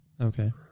Okay